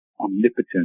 omnipotent